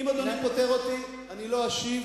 אם אדוני פוטר אותי אני לא אשיב.